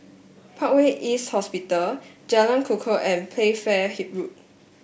Parkway East Hospital Jalan Kukoh and Playfair Road